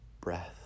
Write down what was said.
breath